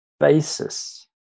basis